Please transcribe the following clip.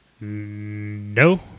No